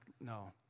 no